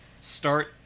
start